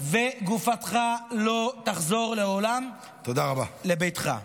וגופתך לא תחזור לעולם לביתך.